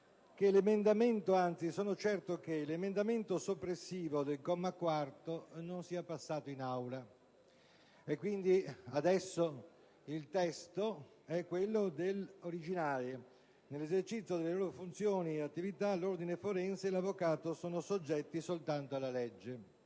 Sono certo che l'emendamento soppressivo del comma 4 non è passato in Aula: quindi adesso il testo è quello originale, che recita: «Nell'esercizio delle loro funzioni ed attività, l'Ordine forense e l'avvocato sono soggetti soltanto alla legge».